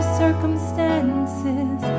circumstances